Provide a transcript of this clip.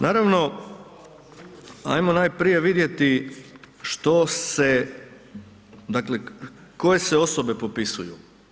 Naravno, ajmo najprije vidjeti što se, dakle koje se osobe popisuju.